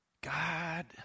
God